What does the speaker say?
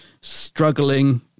struggling